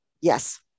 Yes